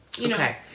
Okay